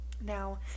Now